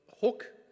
hook